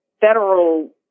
federal